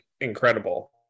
incredible